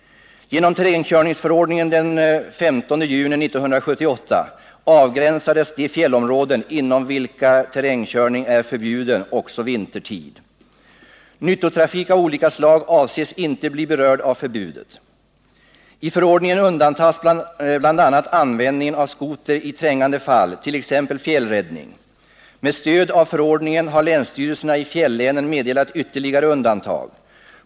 Genom terrängkörningsförordningen den 15 juni 1978 avgränsades de fjällområden inom vilka terrängkörning är förbjuden också vintertid. Nyttotrafik av olika slag avses inte bli berörd av förbudet. I förordningen undantas bl.a. användning av skoter i trängande fall, t.ex. fjällräddning. Med stöd av förordningen har länsstyrelserna i fjällänen meddelat ytterligare undantag.